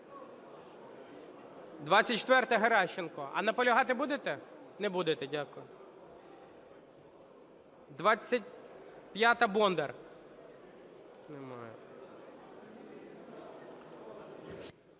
24-а, Геращенко. А наполягати будете? Не будете, дякую. 25-а, Бондар. Немає.